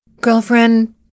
Girlfriend